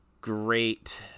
great